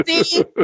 See